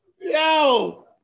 Yo